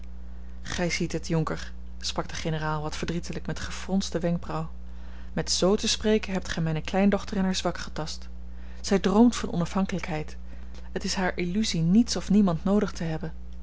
gij ziet het jonker sprak de generaal wat verdrietelijk met gefronste wenkbrauw met z te spreken hebt gij mijne kleindochter in haar zwak getast zij droomt van onafhankelijkheid het is hare illusie niets of niemand noodig te hebben